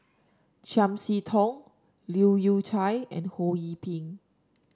Chiam See Tong Leu Yew Chye and Ho Yee Ping